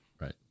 right